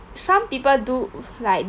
some people do like